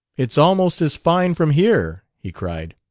it's almost as fine from here! he cried.